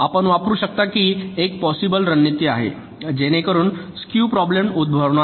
आपण वापरू शकता ही एक पॉसिबल रणनीती आहे जेणेकरून स्क्यू प्रॉब्लेम उद्भवणार नाही